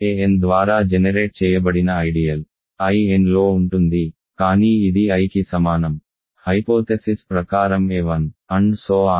an ద్వారా generate చేయబడిన ideal Inలో ఉంటుంది కానీ ఇది Iకి సమానం హైపోథెసిస్ ప్రకారం a1